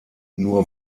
nur